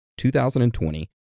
2020